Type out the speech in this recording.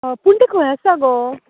पूण टें खंय आसा गो